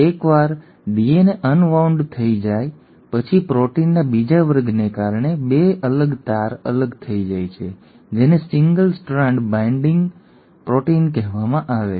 એકવાર DNA unwound થઈ જાય પછી પ્રોટીનના બીજા વર્ગને કારણે 2 અલગ તાર અલગ થઈ જાય છે જેને સિંગલ સ્ટ્રાન્ડ બાઇન્ડિંગ પ્રોટીન કહેવામાં આવે છે